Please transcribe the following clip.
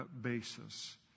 basis